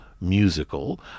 musical